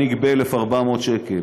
אני אגבה 1,400 שקלים.